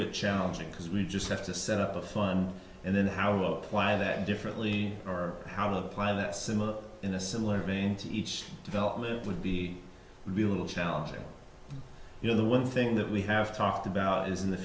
bit challenging because we just have to set up a fun and then how about why that differently or how to apply that similar in a similar vein to each development would be would be a little challenging you know the one thing that we have talked about is in the